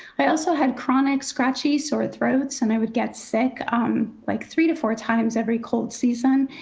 i also had chronic scratchy, sore throats, and i would get sick um like three to four times every cold season.